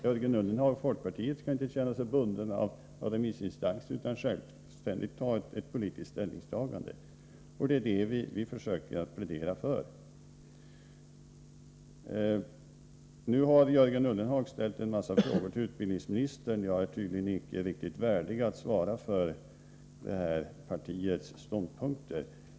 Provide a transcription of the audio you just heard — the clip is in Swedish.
Jörgen Ullenhag och folkpartiet skall inte känna sig bundna av remissinstanserna utan får självständigt ta politisk ställning. Det är detta som vi försöker att plädera för. Jörgen Ullenhag ställde en mängd frågor till utbildningsministern. Jag är tydligen inte riktigt värdig att svara för partiets ståndpunkter.